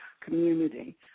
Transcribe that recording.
community